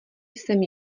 jsem